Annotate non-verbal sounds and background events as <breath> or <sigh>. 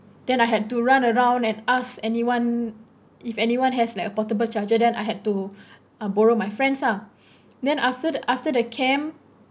then I had to run around and ask anyone if anyone has like a portable charger then I had to <breath> uh I borrow my friends ah then after the after the camp